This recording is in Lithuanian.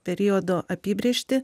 periodo apibrėžtį